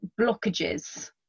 blockages